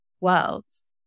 worlds